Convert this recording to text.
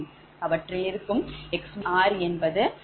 அவற்றில் இருக்கும் 𝑋𝑅 என்பது சமமாக இருக்காது